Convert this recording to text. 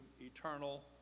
eternal